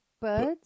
Birds